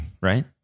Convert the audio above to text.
right